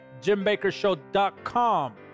jimbakershow.com